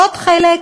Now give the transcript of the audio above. עוד חלק,